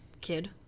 kid